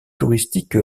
touristique